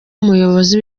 umuyobozi